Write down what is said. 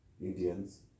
Indians